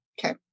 Okay